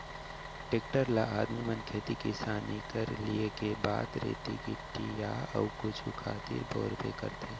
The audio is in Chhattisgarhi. टेक्टर ल आदमी मन खेती किसानी कर लिये के बाद रेती गिट्टी या अउ कुछु खातिर बउरबे करथे